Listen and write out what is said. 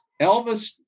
Elvis